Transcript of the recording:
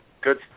good